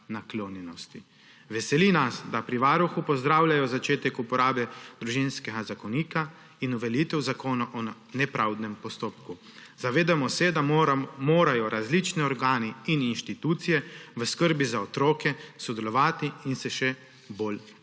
naklonjenosti. Veseli nas, da pri Varuhu pozdravljajo začetek uporabe Družinskega zakonika in uveljavitev Zakona o nepravdnem postopku. Zavedamo se, da morajo različni organi in inštitucije v skrbi za otroke sodelovati in se še bolj